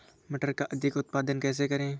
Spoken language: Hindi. मटर का अधिक उत्पादन कैसे करें?